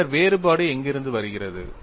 பின்னர் வேறுபாடு எங்கிருந்து வருகிறது